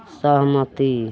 सहमति